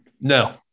No